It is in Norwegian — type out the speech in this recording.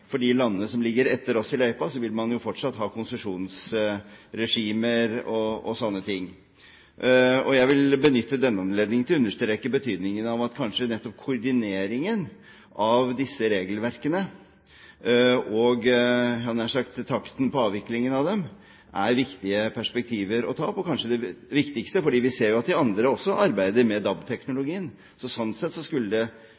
ha konsesjonsregimer og slike ting. Jeg vil benytte denne anledningen til å understreke betydningen av at kanskje nettopp koordineringen av disse regelverkene, og jeg hadde nær sagt takten på avviklingen av dem, er viktige perspektiver å ta opp – og kanskje det viktigste. For vi ser jo at de andre også arbeider med DAB-teknologien, så sånn sett skulle forhåpentligvis det